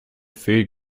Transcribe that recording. food